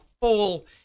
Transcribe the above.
full